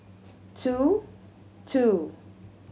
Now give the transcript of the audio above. two two